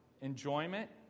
enjoyment